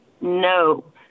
no